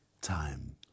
time